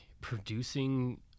producing